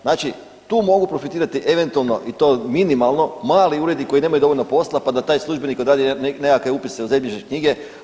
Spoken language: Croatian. Znači tu mogu profitirati eventualno i to minimalno mali uredi koji nemaju dovoljno posla, pa da taj službenik odradi nekakve upise u zemljišne knjige.